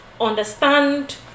understand